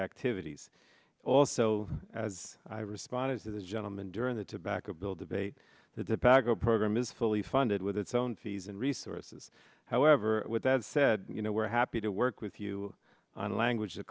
activities also as i responded to this gentleman during the tobacco bill debate the dipak go program is fully funded with its own fees and resources however with that said you know we're happy to work with you on language to